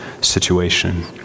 situation